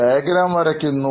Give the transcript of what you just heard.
diagram വരയ്ക്കുന്നു